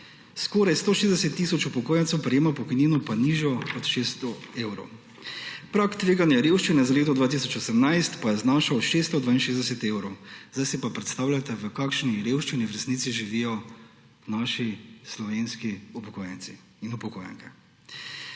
skoraj 160 tisoč upokojencev prejema pokojnino, nižjo od 600 evrov. Prag tveganja revščine za leto 2018 pa je znašal 662 evrov. Sedaj si pa predstavljajte, v kakšni revščini v resnici živijo naši, slovenski upokojenci in upokojenke.